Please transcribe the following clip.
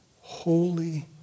holy